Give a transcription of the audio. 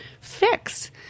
fix